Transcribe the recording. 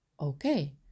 okay